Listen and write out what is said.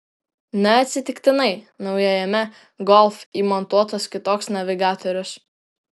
neatsitiktinai naujajame golf įmontuotas kitoks navigatorius